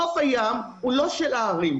חוף הים הוא לא של הערים.